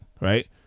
right